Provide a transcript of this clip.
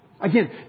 Again